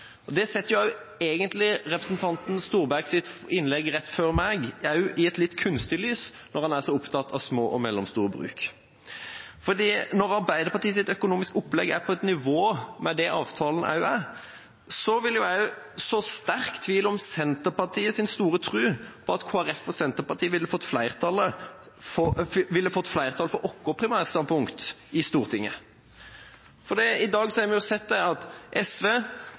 ord. Det setter egentlig representanten Storbergets innlegg rett før meg i et litt kunstig lys, når han er så opptatt av små og mellomstore bruk. Når Arbeiderpartiets økonomiske opplegg er på et nivå med det avtalen er, vil jeg så sterk tvil om Senterpartiets store tro på at Kristelig Folkeparti og Senterpartiet ville fått flertall for sitt primærstandpunkt i Stortinget. I dag har vi sett at SV